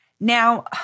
Now